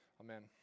Amen